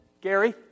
Gary